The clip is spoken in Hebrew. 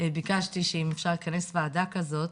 ביקשתי שאם אפשר לכנס וועדה כזאת.